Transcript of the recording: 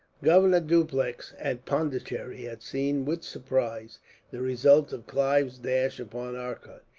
governor dupleix, at pondicherry, had seen with surprise the result of clive's dash upon arcot.